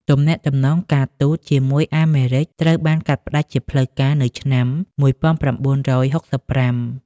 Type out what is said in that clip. ទំនាក់ទំនងការទូតជាមួយអាមេរិកត្រូវបានកាត់ផ្តាច់ជាផ្លូវការនៅឆ្នាំ ១៩៦៥។